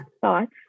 thoughts